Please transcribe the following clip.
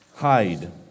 hide